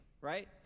Right